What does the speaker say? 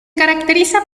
caracteriza